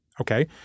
Okay